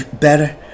better